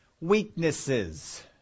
Weaknesses